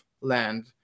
land